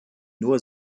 nur